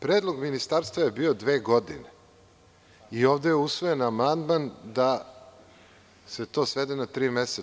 Predlog ministarstva je bio dve godine i ovde je usvojen amandman da se to svede na tri meseca.